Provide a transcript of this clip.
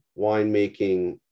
winemaking